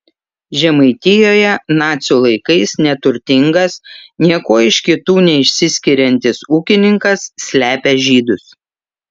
žemaitijoje nacių laikais neturtingas niekuo iš kitų neišsiskiriantis ūkininkas slepia žydus